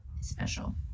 special